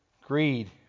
greed